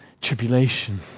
Tribulation